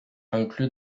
inclus